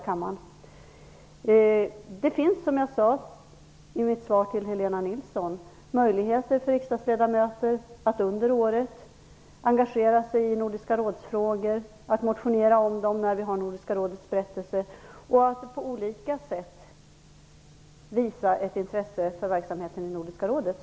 Det finns, som jag sade i mitt svar till Helena Nilsson, möjligheter för riksdagsledamöter att under året engagera sig i Nordiska rådets frågor, att motionera om dem när vi har Nordiska rådets berättelse på bordet, och att på andra sätt visa ett intresse för verksamheten i Nordiska rådet.